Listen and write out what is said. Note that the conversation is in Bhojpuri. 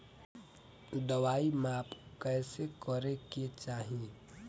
दवाई माप कैसे करेके चाही?